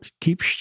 Keep